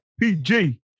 PG